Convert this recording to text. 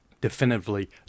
definitively